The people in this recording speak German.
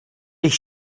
ich